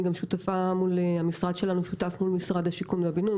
אני גם שותפה מול המשרד שלנו שותף מול משרד השיכון והבינוי,